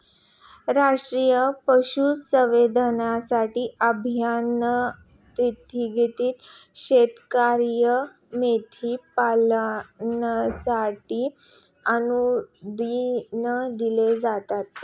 राष्ट्रीय पशुसंवर्धन अभियानांतर्गत शेतकर्यांना मेंढी पालनासाठी अनुदान दिले जाते